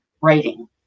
writing